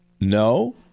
No